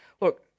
look